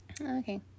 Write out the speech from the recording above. Okay